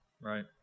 right